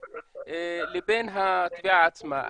לבין התביעה עצמה.